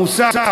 המוסר,